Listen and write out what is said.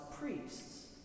priests